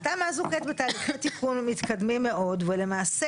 התמ"א הזו בתהליכי תיקון מתקדמים מאוד ולמעשה